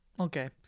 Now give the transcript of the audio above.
Okay